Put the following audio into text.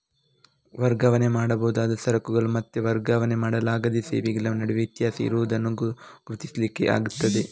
ವರ್ಗಾವಣೆ ಮಾಡಬಹುದಾದ ಸರಕುಗಳು ಮತ್ತೆ ವರ್ಗಾವಣೆ ಮಾಡಲಾಗದ ಸೇವೆಗಳ ನಡುವೆ ವ್ಯತ್ಯಾಸ ಇರುದನ್ನ ಗುರುತಿಸ್ಲಿಕ್ಕೆ ಆಗ್ತದೆ